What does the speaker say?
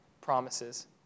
promises